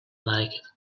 liked